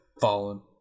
Fallen